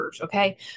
okay